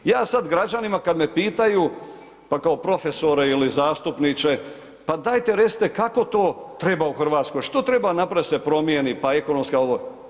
Ja sada građanima kada me pitaju, pa kao profesore ili zastupniče, pa dajte recite kako to treba u Hrvatskoj, što treba napraviti da se promijeni, pa ekonomska, ovo.